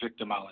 victimology